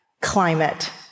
climate